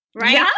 right